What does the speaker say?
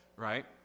Right